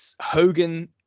Hogan